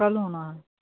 کل ہونا ہے